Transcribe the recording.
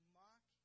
mock